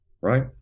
Right